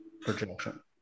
projection